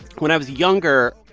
when i was younger,